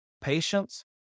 Patience